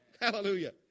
Hallelujah